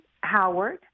Howard